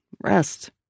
rest